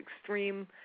extreme